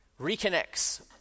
reconnects